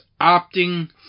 opting